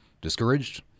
discouraged